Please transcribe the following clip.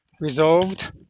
resolved